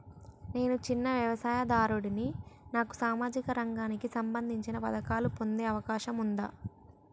నేను చిన్న వ్యవసాయదారుడిని నాకు సామాజిక రంగానికి సంబంధించిన పథకాలు పొందే అవకాశం ఉందా?